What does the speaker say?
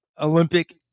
olympic